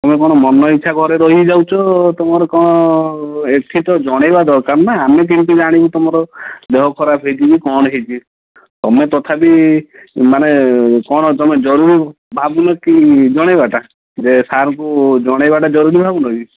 ତୁମେ କ'ଣ ମନ ଇଛା ଘରେ ରହି ଯାଉଛ ତୁମର କ'ଣ ଏଇଠି ତ ଜଣାଇବା ଦରକାର ନା ଆମେ କେମିତି ଜାଣିବୁ ତୁମର ଦେହ ଖରାପ ହେଇଛି କି କ'ଣ ହେଇଛି ତୁମେ ତଥାପି ମାନେ କ'ଣ ତୁମେ ଜରୁରୀ ଭାବୁନ କି ଜଣାଇବାଟା ଯେ ସାରଙ୍କୁ ଜଣାଇବାଟା ଜରୁରୀ ଭାବୁନ କି